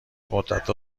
مدتها